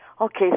Okay